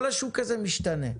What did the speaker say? כל השוק הזה משתנה.